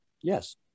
yes